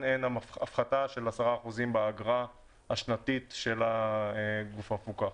הן הפחתה של 10% באגרה השנתית של הגוף המפוקח.